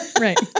Right